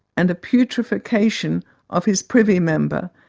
and a putrefaction of his privy member,